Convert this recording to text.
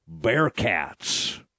bearcats